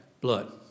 blood